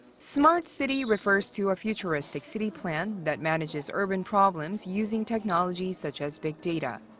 smart city refers to a futuristic city plan that manages urban problems using technologies such as big data.